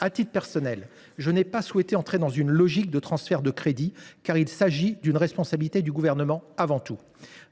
À titre personnel, je n’ai pas souhaité entrer dans une logique de transfert de crédits, car il s’agit avant tout d’une responsabilité du Gouvernement.